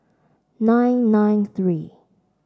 nine nine three